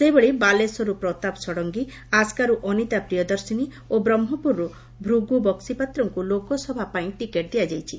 ସେହିଭଳି ବାଲେଶ୍ୱରରୁ ପ୍ରତାପ ଷଡ଼ଙଙୀ ଆସ୍କାରୁ ଅନିତା ପ୍ରିୟଦର୍ଶିନୀ ଓ ବ୍ରହ୍କପୁରରୁ ଭୃଗୁ ବକ୍ସିପାତ୍ରଙ୍କୁ ଲୋକସଭା ପାଇଁ ଟିକେଟ୍ ଦିଆଯାଇଛି